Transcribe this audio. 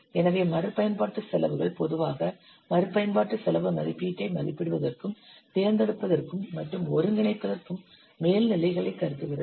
எனவே மறுபயன்பாட்டு செலவுகள் பொதுவாக மறுபயன்பாட்டு செலவு மதிப்பீட்டை மதிப்பிடுவதற்கும் தேர்ந்தெடுப்பதற்கும் மற்றும் ஒருங்கிணைப்பதற்கும் மேல்நிலைகளைக் கருதுகிறது